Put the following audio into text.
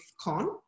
Con